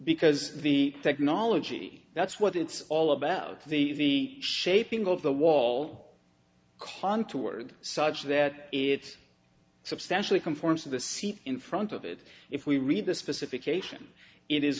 because the technology that's what it's all about the shaping of the wall contoured such that it's substantially conforms to the seat in front of it if we read the specific ation it is